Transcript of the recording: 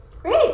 Great